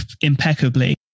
impeccably